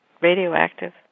radioactive